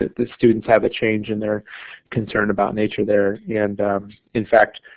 the students have a change in their concern about nature there, and in fact,